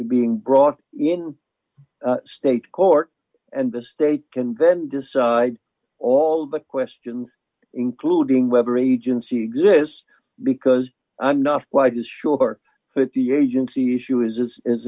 being brought in state court and the state can then decide all the questions including whether agency exists because i'm not quite as sure that the agency issue is is is